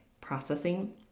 processing